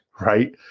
right